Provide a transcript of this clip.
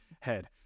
head